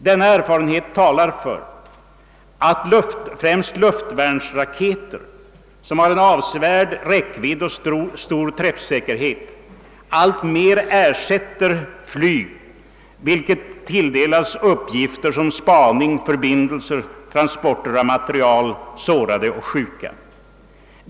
Denna erfarenhet talar för att främst luftvärnsraketer, som har en avsevärd räckvidd och stor träffsäkerhet, alltmer ersätter flyget vilket tilldelas uppgifter som spaning, förbindelser, transporter av material, sårade och sjuka.